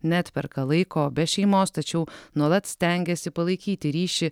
neatperka laiko be šeimos tačiau nuolat stengiasi palaikyti ryšį